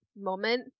moment